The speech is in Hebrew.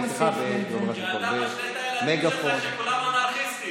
כי אתם משלה את הילדים שלך שכולם אנרכיסטים.